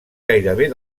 gairebé